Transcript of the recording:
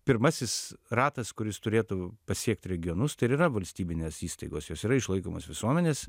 pirmasis ratas kuris turėtų pasiekti regionus tai ir yra valstybinės įstaigos jos yra išlaikomos visuomenės